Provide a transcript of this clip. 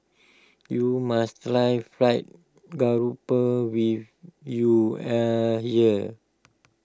you must try Fried Grouper when you are here